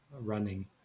running